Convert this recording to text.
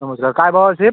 नमस्कार काय भाव आहे सेब